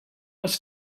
must